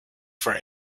for